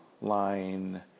line